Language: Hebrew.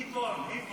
איפון, איפון.